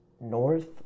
north